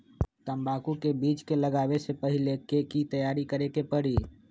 तंबाकू के बीज के लगाबे से पहिले के की तैयारी करे के परी?